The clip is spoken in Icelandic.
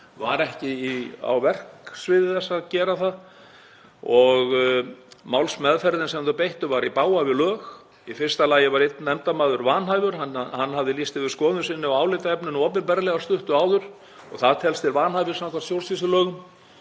var ekki á verksviði þess að gera það og málsmeðferðin sem þau beittu var í bága við lög. Í fyrsta lagi var einn nefndarmaður vanhæfur. Hann hafði lýst yfir skoðun sinni á álitaefninu opinberlega stuttu áður og það telst til vanhæfis samkvæmt stjórnsýslulögum.